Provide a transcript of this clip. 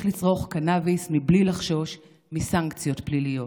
לצרוך קנביס בלי לחשוש מסנקציות פליליות,